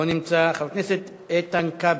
לא נמצא, חבר הכנסת איתן כבל.